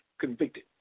Convicted